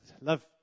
love